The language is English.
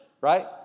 right